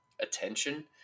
attention